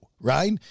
Right